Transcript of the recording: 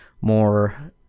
more